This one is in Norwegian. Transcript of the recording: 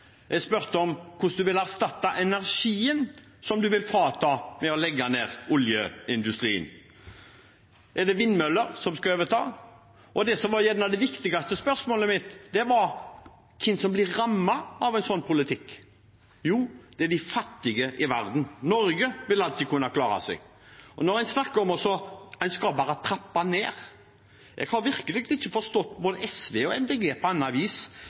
jeg spurte om. Jeg spurte om hvordan han vil erstatte energien som han vil frata oss ved å legge ned oljeindustrien. Er det vindmøller som skal overta? Det som var det kanskje viktigste spørsmålet mitt, var hvem som blir rammet av en sånn politikk. Jo, det er de fattige i verden. Norge vil alltid kunne klare seg. Når en snakker om at en bare skal trappe ned: Jeg har virkelig ikke forstått verken SV eller Miljøpartiet De Grønne på annet vis